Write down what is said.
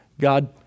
God